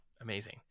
Amazing